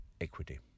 equity